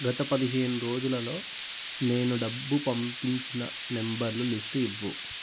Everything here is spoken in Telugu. గత పదిహేను రోజులలో నేను డబ్బు పంపించిన నంబర్ల లిస్టు ఇవ్వు